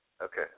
Okay